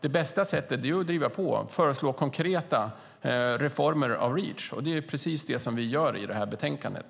Det bästa sättet är att driva på och föreslå konkreta reformer av Reach, och det är precis det som vi gör i det här betänkandet.